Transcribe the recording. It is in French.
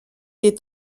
des